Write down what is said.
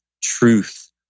truth